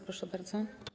Proszę bardzo.